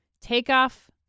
Takeoff